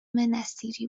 نصیری